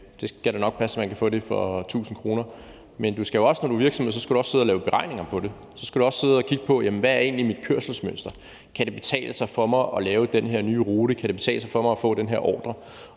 det skal da nok passe, at man kan få det for 1.000 kr. Men du skal jo også, når du er i en virksomhed, sidde og lave beregninger på det. Så skal du også sidde og kigge på, hvad dit kørselsmønster egentlig er; om det kan betale sig for dig at lave den her nye rute; om det kan betale sig for dig at få den her ordre.